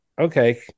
Okay